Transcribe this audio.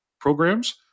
programs